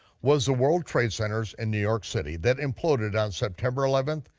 was the world trade centers in new york city that imploded on september eleventh,